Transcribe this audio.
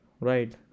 Right